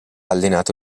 allenato